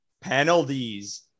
penalties